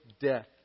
death